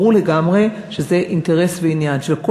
וברור לגמרי שזה אינטרס ועניין של כל